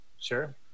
Sure